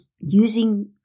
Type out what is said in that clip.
using